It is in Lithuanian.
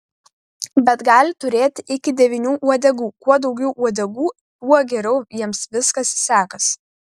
bet gali turėti iki devynių uodegų kuo daugiau uodegų tuo geriau jiems viskas sekasi